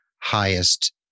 highest